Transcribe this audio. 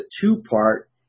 two-part